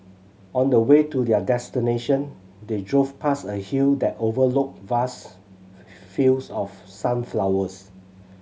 on the way to their destination they drove past a hill that overlooked vast fields of sunflowers